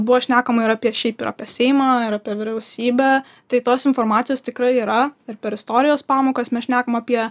buvo šnekama ir apie šiaip ir apie seimą ir apie vyriausybę tai tos informacijos tikrai yra ir per istorijos pamokas mes šnekam apie